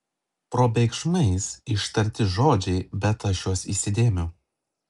probėgšmais ištarti žodžiai bet aš juos įsidėmiu